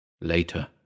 Later